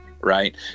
right